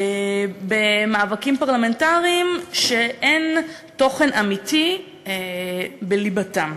במאבקים פרלמנטריים שאין תוכן אמיתי בליבתם.